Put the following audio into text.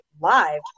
live